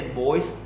boys